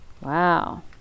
Wow